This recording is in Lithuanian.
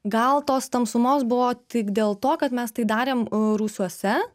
gal tos tamsumos buvo tik dėl to kad mes tai darėm a rūsiuose